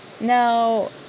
Now